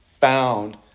found